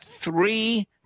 three